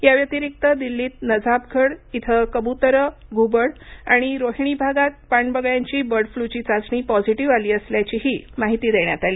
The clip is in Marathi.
या व्यतिरिक्त दिल्लीत नजाफगड इथं कब्तरं घुबड आणि रोहिणी भागात पाण बगळ्यांची बर्ड फ्लूची चाचणी पॉझिटिव्ह आली असल्याचीही माहिती देण्यात आली